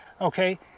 okay